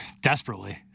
desperately